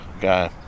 guy